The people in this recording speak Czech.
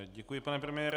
Děkuji, pane premiére.